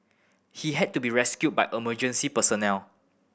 he had to be rescued by emergency personnel